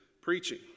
preaching